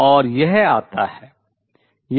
और यह आता है